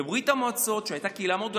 בברית המועצות הייתה קהילה מאוד גדולה,